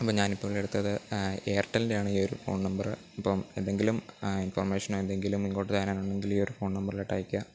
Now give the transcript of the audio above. അപ്പോൾ ഞാനിപ്പോൾ എടുത്തത് എയർടെല്ലിൻറ്റെയാണ് ഈയൊരു ഫോൺ നമ്പർ ഇപ്പം എന്തെങ്കിലും ഇൻഫർമേഷൻ എന്തെങ്കിലും ഇങ്ങോട്ടു തരാനാണെങ്കിൽ ഈ ഫോൺ നമ്പറിലോട്ടയക്കുക